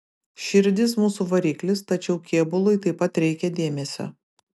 širdis mūsų variklis tačiau kėbului taip pat reikia dėmesio